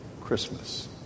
Christmas